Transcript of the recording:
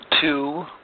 Two